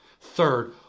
Third